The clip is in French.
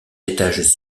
étages